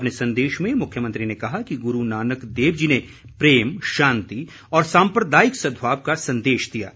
अपने संदेश में मुख्यमंत्री ने कहा कि गुरू नानक देव जी ने प्रेम शांति और सांप्रदायिक सद्भाव का संदेश दिया है